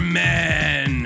men